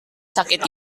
sakit